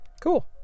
Cool